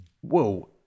Whoa